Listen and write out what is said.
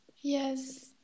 Yes